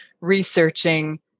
researching